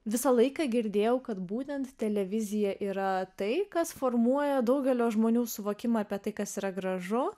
visą laiką girdėjau kad būtent televizija yra tai kas formuoja daugelio žmonių suvokimą apie tai kas yra gražu